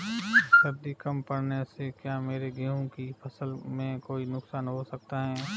सर्दी कम पड़ने से क्या मेरे गेहूँ की फसल में कोई नुकसान हो सकता है?